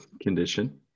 condition